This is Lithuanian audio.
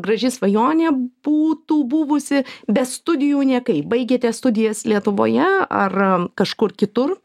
graži svajonė būtų buvusi be studijų niekaip baigėte studijas lietuvoje ar am kažkur kitur